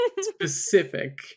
specific